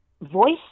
voice